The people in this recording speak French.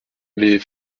les